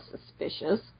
suspicious